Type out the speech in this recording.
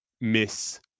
miss